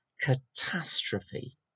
catastrophe